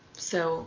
so